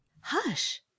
Hush